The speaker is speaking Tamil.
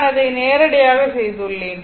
நான் அதை நேரடியாக செய்துள்ளேன்